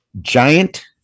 Giant